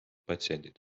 patsiendid